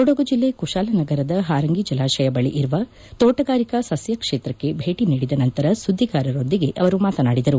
ಕೊಡಗು ಜಿಲ್ಲೆಯ ಕುಶಾಲನಗರದ ಹಾರಂಗಿ ಜಲಾಶಯ ಬಳಿ ಇರುವ ತೋಟಗಾರಿಕಾ ಸಸ್ಯ ಕ್ವೇತ್ರಕ್ಕೆ ಭೇಟಿ ನೀಡಿದ ನಂತರ ಸುದ್ದಿಗಾರರೊಂದಿಗೆ ಅವರು ಮಾತನಾಡಿದರು